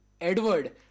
Edward